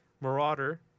Marauder